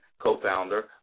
co-founder